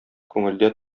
күңелдә